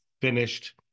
finished